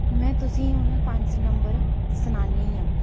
में तुसेंगी हून पंज नंबर सनानी आं